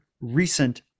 recent